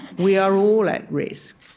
we are all at risk